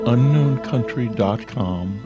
UnknownCountry.com